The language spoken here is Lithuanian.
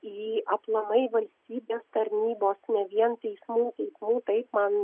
į aplamai valstybės tarnybos ne vien teismųi teismų taip man